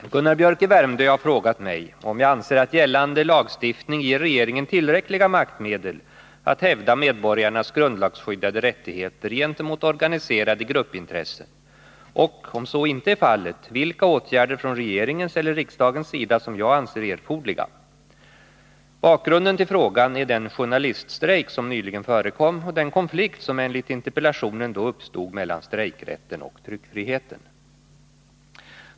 Herr talman! Gunnar Biörck i Värmdö har frågat mig om jag anser att gällande lagstiftning ger regeringen tillräckliga maktmedel att hävda medborgarnas grundlagsskyddade rättigheter gentemot organiserade gruppintressen och, om så inte är fallet, vilka åtgärder från regeringens eller riksdagens sida som jag anser erforderliga. Bakgrunden till frågan är den journaliststrejk som nyligen förekom och den konflikt som enligt interpellationen då uppstod mellan strejkrätten och tryckfriheten.